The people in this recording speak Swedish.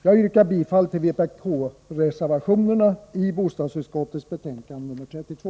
Jag yrkar bifall till vpk-reservationerna i bostadsutskottets betänkande nr 32.